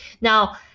Now